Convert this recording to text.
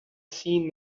seen